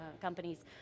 companies